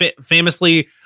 Famously